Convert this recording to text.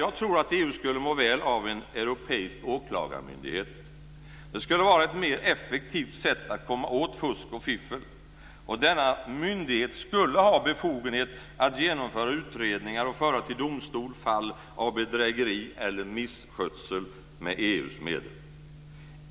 Jag tror att EU skulle må väl av en europeisk åklagarmyndighet. Det skulle vara ett mer effektivt sätt att komma åt fusk och fiffel. Denna myndighet skulle ha befogenhet att genomföra utredningar och föra till domstol fall av bedrägeri eller misskötsel med EU:s medel.